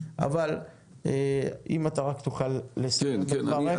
אם אתה רק תוכל לסיים את דבריך, בבקשה.